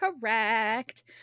correct